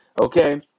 okay